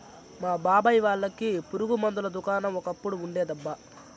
మా బాబాయ్ వాళ్ళకి పురుగు మందుల దుకాణం ఒకప్పుడు ఉండేదబ్బా